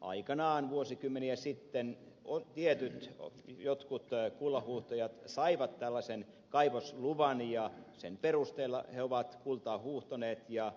aikanaan vuosikymmeniä sitten on tie ja se ottikin jotkut tietyt kullanhuuhtojat saivat tällaisen kaivosluvan ja sen perusteella he ovat kultaa huuhtoneet ja